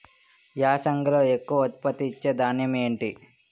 యాసంగిలో ఎక్కువ ఉత్పత్తిని ఇచే ధాన్యం ఏంటి?